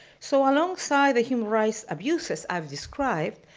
so alongside the human rights abuses i've described,